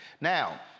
Now